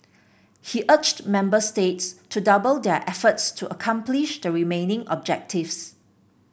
he urged member states to double their efforts to accomplish the remaining objectives